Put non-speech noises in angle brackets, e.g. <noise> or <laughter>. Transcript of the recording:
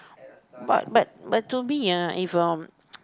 but but but to me ah if your <noise>